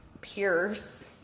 Pierce